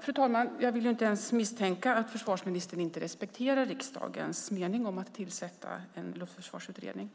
Fru talman! Jag vill inte ens misstänka att försvarsministern inte respekterar riksdagens mening om att tillsätta en luftförsvarsutredning.